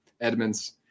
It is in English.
Edmonds